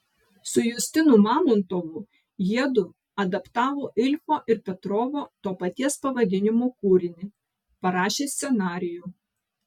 su justinu mamontovu jiedu adaptavo ilfo ir petrovo to paties pavadinimo kūrinį parašė scenarijų